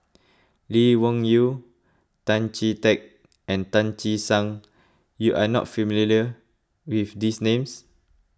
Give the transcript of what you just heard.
Lee Wung Yew Tan Chee Teck and Tan Che Sang you are not familiar with these names